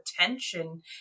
attention